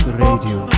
radio